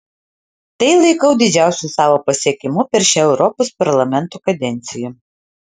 tai laikau didžiausiu savo pasiekimu per šią europos parlamento kadenciją